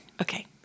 Okay